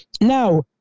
now